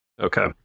Okay